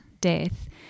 death